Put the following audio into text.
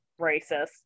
racist